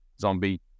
zombie